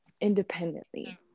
independently